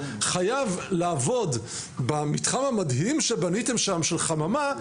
חייב לעבוד במתחם המדהים שבניתם שם של חממה,